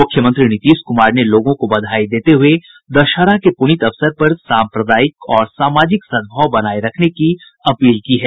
मुख्यमंत्री नीतीश कुमार ने लोगों को बधाई देते हुये दशहरा के पुनीत अवसर पर साम्प्रदायिक और सामाजिक सद्भाव बनाये रखने की अपील की है